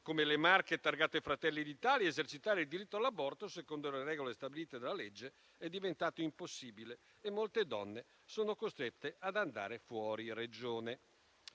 come le Marche targate Fratelli d'Italia esercitare il diritto all'aborto secondo le regole stabilite dalla legge è diventato impossibile e molte donne sono costrette ad andare fuori Regione.